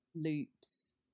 loops